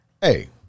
Hey